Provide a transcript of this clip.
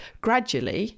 gradually